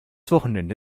wochenende